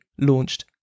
launched